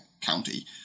county